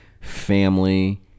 family